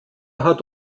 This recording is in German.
hat